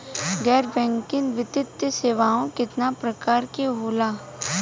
गैर बैंकिंग वित्तीय सेवाओं केतना प्रकार के होला?